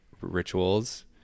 rituals